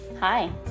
Hi